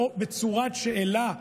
או בצורת שאלה,